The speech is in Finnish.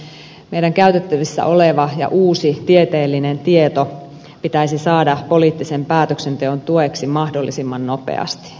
tämä meidän käytettävissä oleva ja uusi tieteellinen tieto pitäisi saada poliittisen päätöksenteon tueksi mahdollisimman nopeasti